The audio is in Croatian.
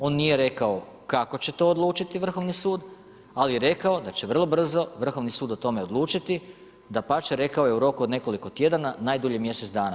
On nije rekao kako će to odlučiti Vrhovni sud, ali je rekao, da će vrlo brzo Vrhovni sud o tome odlučiti, dapače, rekao je u roku od nekoliko tjedana, najdulje mjesec dana.